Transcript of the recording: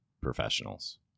professionals